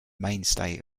mainstay